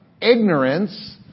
ignorance